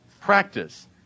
practice